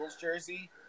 jersey